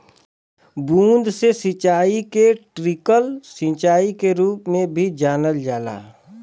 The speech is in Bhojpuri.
बूंद से सिंचाई के ट्रिकल सिंचाई के रूप में भी जानल जाला